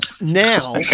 now